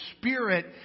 Spirit